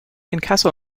inkasso